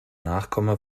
nachkomme